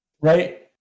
right